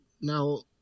now